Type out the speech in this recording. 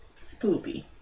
Spoopy